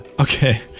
Okay